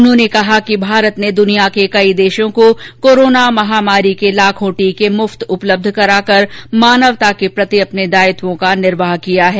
उन्होंने कहा कि भारत ने दुनिया के कई देशों को कोरोना महामारी के लाखों टीके मुफ्त उपलब्ध कराकर मानवता के प्रति अपने दायित्वों का निर्वाह किया है